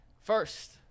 First